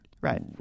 right